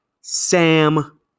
Sam